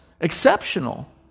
exceptional